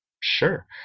sure